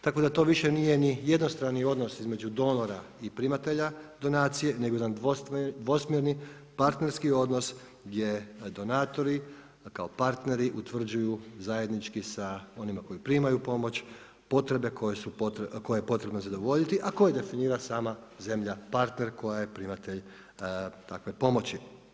Tako da to više nije ni jednostrani odnos između donora i primatelja donacije nego jedan dvosmjerni partnerski odnos gdje donatori kao partneri utvrđuju zajednički sa onima koji primaju pomoć potrebe koje je potrebno zadovoljiti a koje definira sama zemlja partner koja je primatelj takve pomoći.